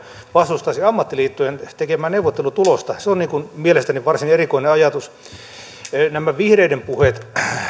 vastustaisi ammattiliittojen tekemää neuvottelutulosta se on mielestäni varsin erikoinen ajatus myöskin nämä vihreiden puheet